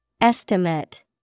Estimate